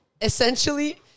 essentially